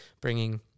bringing